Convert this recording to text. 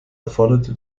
erforderte